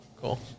Cool